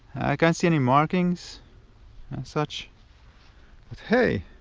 i can't see any markings and such but hey,